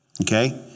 Okay